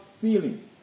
feeling